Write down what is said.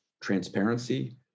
transparency